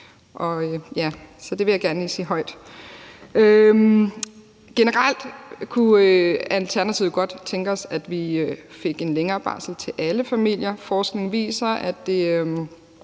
så det vil jeg gerne lige sige højt. Generelt kunne vi i Alternativet godt tænke os, at vi fik en længere barsel til alle familier. Forskning viser, at det